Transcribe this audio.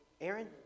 Aaron